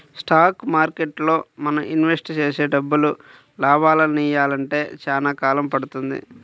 stock మార్కెట్టులో మనం invest చేసే డబ్బులు లాభాలనియ్యాలంటే చానా కాలం పడుతుంది